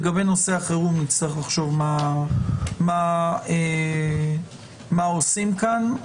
לגבי נושא החירום נצטרך לחשוב מה עושים פה.